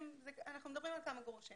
אנחנו מדברים על כמה אגורות.